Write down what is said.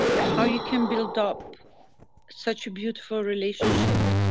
how you can build up such a beautiful relationship.